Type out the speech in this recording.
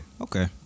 Okay